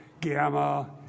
Gamma